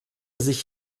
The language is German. sich